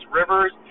rivers